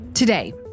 Today